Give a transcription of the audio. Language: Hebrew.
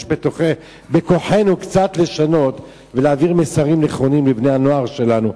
יש בכוחנו לשנות קצת ולהעביר מסרים נכונים לבני-הנוער שלנו.